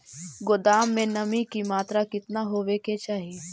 गोदाम मे नमी की मात्रा कितना होबे के चाही?